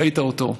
ראית אותו,